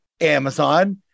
Amazon